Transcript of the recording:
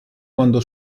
quando